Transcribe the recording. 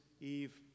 Eve